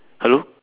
hello